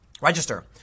Register